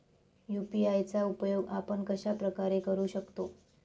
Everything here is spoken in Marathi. यू.पी.आय चा उपयोग आपण कशाप्रकारे करु शकतो?